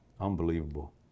Unbelievable